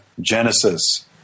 Genesis